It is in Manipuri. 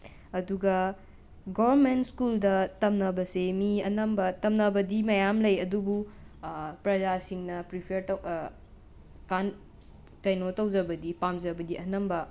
ꯑꯗꯨꯒ ꯒꯣꯔꯃꯦꯟ ꯁ꯭ꯀꯨꯜꯗ ꯇꯝꯅꯕꯁꯤ ꯃꯤ ꯑꯅꯝꯕ ꯇꯝꯅꯕꯗꯤ ꯃꯌꯥꯝ ꯂꯩ ꯑꯗꯨꯕꯨ ꯄ꯭ꯔꯥꯖꯥꯁꯤꯡꯅ ꯄ꯭ꯔꯤꯐꯔ ꯇꯧ ꯀꯥꯟ ꯀꯩꯅꯣ ꯇꯧꯖꯕꯗꯤ ꯄꯥꯝꯖꯕꯗꯤ ꯑꯅꯝꯕ